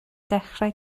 dechrau